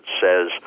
says